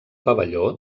pavelló